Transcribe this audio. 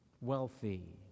wealthy